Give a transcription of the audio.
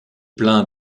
plein